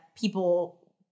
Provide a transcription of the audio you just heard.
people